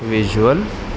visual